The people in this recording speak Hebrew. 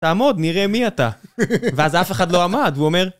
תעמוד, נראה מי אתה". ואז אף אחד לא עמד, הוא אומר...